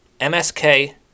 MSK